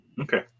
Okay